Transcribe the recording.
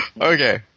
okay